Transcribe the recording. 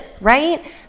right